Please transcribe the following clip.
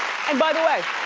by the way,